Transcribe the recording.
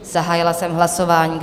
Zahájila jsem hlasování.